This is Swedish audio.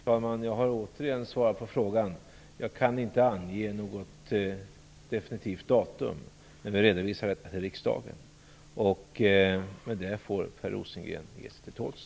Fru talman! Jag har som sagt redan svarat på frågan. Jag kan inte ange något definitivt datum för när utredningen redovisas för riksdagen. Med detta får Per Rosengren ge sig till tåls.